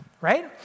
right